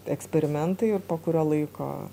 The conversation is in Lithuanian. eksperimentai ir po kurio laiko